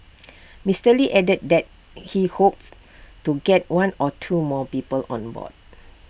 Mister lee added that he hopes to get one or two more people on board